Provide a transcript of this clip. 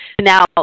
Now